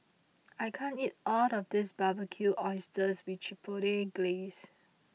I can't eat all of this Barbecued Oysters with Chipotle Glaze